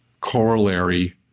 corollary